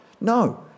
No